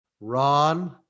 Ron